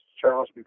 Charles